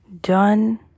Done